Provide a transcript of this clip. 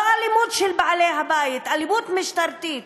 לא אלימות של בעלי הבית, אלימות משטרתית.